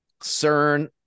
CERN